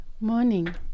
Morning